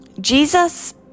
Jesus